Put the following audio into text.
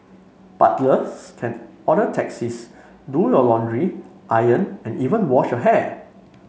butlers can order taxis do your laundry iron and even wash your hair